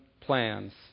plans